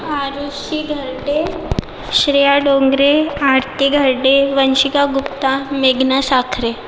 आरुषी घरटे श्रेया डोंगरे आरती घरटे वंशिका गुप्ता मेघना साखरे